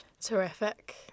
Terrific